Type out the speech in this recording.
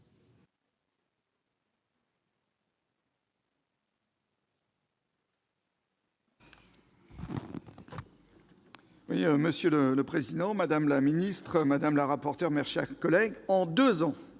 Monsieur le président, madame la secrétaire d'État, madame la rapporteur, mes chers collègues, en deux ans,